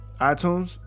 itunes